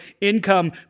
income